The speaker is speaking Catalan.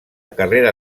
carrera